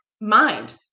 mind